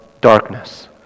darkness